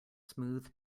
smooth